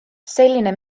selline